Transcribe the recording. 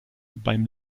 beim